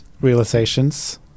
realizations